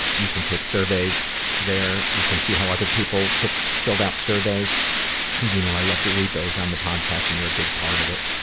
you can take surveys there. you can see how other people filled out surveys, because you know i love to read those on the podcast and they're a big part of it.